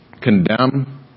condemn